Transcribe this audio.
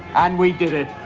and we did it.